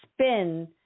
spin